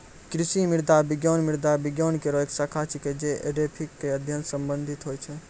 कृषि मृदा विज्ञान मृदा विज्ञान केरो एक शाखा छिकै, जे एडेफिक क अध्ययन सें संबंधित होय छै